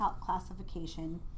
classification